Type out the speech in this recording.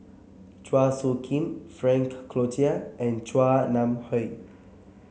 Chua Soo Khim Frank Cloutier and Chua Nam Hai